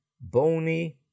bony